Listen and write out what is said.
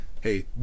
Hey